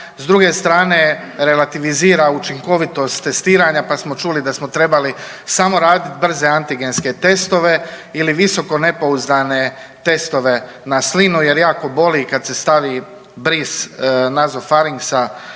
s druge strane, relativizira učinkovitost testiranja pa smo čuli da smo trebali samo raditi brze antigenske testove ili visokonepouzdane testove na slinu jer jako boli kad se stavi bris nazofarinksa